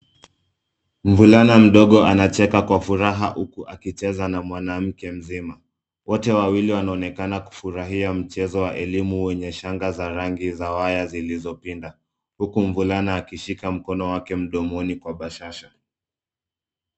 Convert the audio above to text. Mvulana mdogo anacheka kwa furaha huku akicheza na mwanamke mzima. Wote wawili wanaonekana kufurahia mchezo wa elimu wenye shanga za rangi za waya zilizopinda huku mvulana akishika mkono wake mdomoni kwa bashasha.